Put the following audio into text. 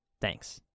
Thanks